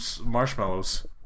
marshmallows